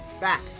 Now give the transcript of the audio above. Back